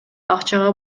акчага